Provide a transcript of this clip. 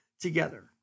together